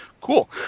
Cool